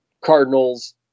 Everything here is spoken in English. Cardinals